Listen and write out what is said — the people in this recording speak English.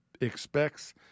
expects